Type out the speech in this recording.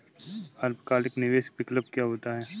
अल्पकालिक निवेश विकल्प क्या होता है?